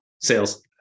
Sales